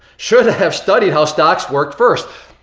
should have studied how stocks worked first.